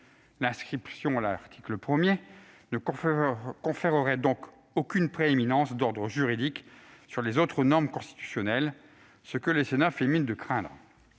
inscription à l'article 1 ne lui conférerait donc aucune prééminence d'ordre juridique sur les autres normes constitutionnelles, ce que le Sénat fait mine de craindre.